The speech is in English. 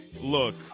look